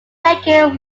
record